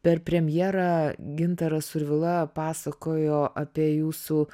per premjerą gintaras survila pasakojo apie jūsų